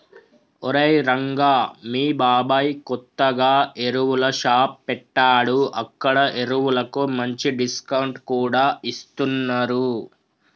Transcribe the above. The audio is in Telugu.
ఒరేయ్ రంగా మీ బాబాయ్ కొత్తగా ఎరువుల షాప్ పెట్టాడు అక్కడ ఎరువులకు మంచి డిస్కౌంట్ కూడా ఇస్తున్నరు